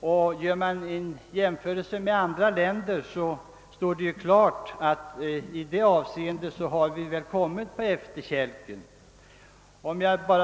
Vid en jämförelse med andra länder står det klart att vi i detta avseende kommit på efterkälken.